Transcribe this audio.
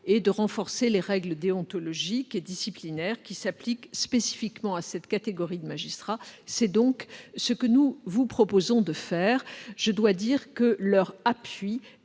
et de renforcer les règles déontologiques et disciplinaires qui s'appliquent spécifiquement à cette catégorie de magistrats ; c'est ce que nous vous proposons de faire. Leur appui